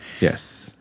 Yes